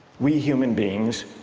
we human beings